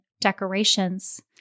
decorations